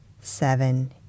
seven